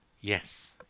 Yes